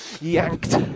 yanked